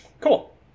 cool